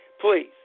please